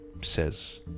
says